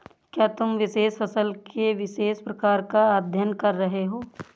क्या तुम विशेष फसल के विशेष प्रकार का अध्ययन कर रहे हो?